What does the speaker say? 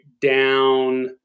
down